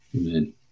Amen